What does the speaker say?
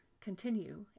continue